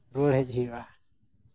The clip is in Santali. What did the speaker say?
ᱨᱩᱣᱟᱹᱲ ᱦᱮᱡ ᱦᱩᱭᱩᱜᱼᱟ